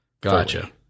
Gotcha